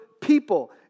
people